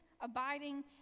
abiding